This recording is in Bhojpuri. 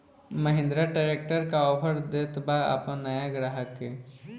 महिंद्रा ट्रैक्टर का ऑफर देत बा अपना नया ग्राहक के?